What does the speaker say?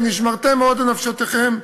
ונשמרתם מאוד לנפשותיכם,